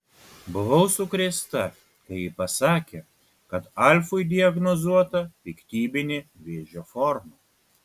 buvau sukrėsta kai ji pasakė kad alfui diagnozuota piktybinė vėžio forma